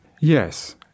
Yes